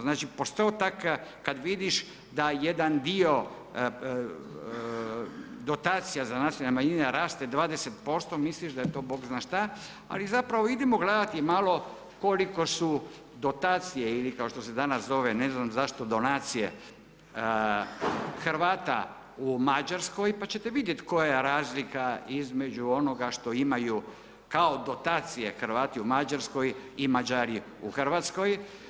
Znači postotak kad vidiš da jedan dio dotacija za nacionalne manjine raste 20%, misliš da je to bog zna šta, ali zapravo idemo gledati malo koliko su dotacije ili kao što se danas zove ne znam zašto donacije, Hrvata u Mađarskoj, pa ćete vidjeti koja je razlika između onoga što imaju kao dotacije Hrvati u Mađarskoj i Mađari u Hrvatskoj.